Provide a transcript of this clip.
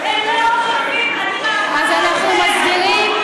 הם לא גונבים, המתנחלים,